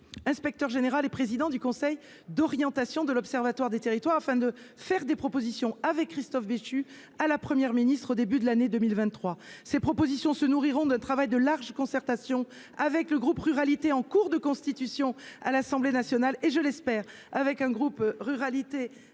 inspecteur général et président du conseil d'orientation de l'Observatoire des territoires afin de faire des propositions avec Christophe Béchu à la première ministre au début de l'année 2023 ces propositions se nourriront de travail de large concertation avec le groupe ruralité en cours de constitution à l'Assemblée nationale et je l'espère, avec un groupe ruralité